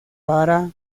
para